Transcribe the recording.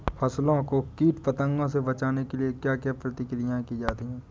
फसलों को कीट पतंगों से बचाने के लिए क्या क्या प्रकिर्या की जाती है?